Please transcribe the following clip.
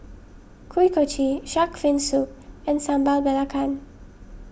Kuih Kochi Shark's Fin Soup and Sambal Belacan